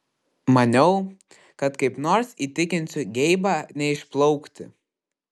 maniau kad kaip nors įtikinsiu geibą neišplaukti